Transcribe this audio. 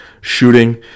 shooting